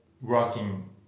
working